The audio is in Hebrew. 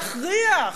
להכריח